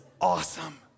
awesome